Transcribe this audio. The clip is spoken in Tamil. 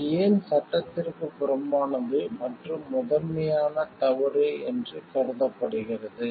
அது ஏன் சட்டத்திற்கு புறம்பானது மற்றும் முதன்மையான தவறு என்று கருதப்படுகிறது